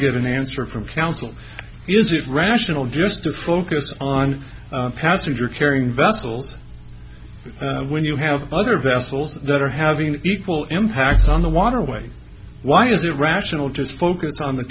get an answer from counsel is it rational just to focus on passenger carrying vessels when you have other vessels that are having equal impacts on the waterway why is it rational just focus on the